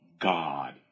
God